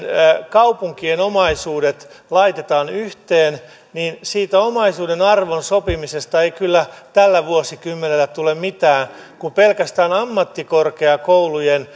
kaupunkien omaisuudet laitetaan yhteen niin siitä omaisuuden arvon sopimisesta ei kyllä tällä vuosikymmenellä tule mitään kun pelkästään ammattikorkeakoulujen